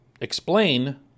explain